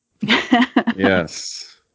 Yes